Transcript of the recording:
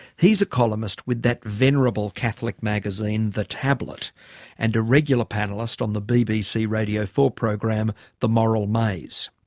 he's a columnist with that venerable catholic magazine the tablet and a regular panellist on the bbc radio four program, the moral maze.